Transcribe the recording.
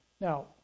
Now